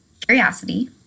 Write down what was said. curiosity